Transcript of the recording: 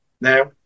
now